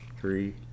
three